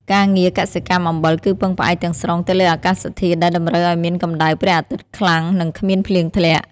ការងារកសិកម្មអំបិលគឺពឹងផ្អែកទាំងស្រុងទៅលើអាកាសធាតុដែលតម្រូវឲ្យមានកម្តៅព្រះអាទិត្យខ្លាំងនិងគ្មានភ្លៀងធ្លាក់។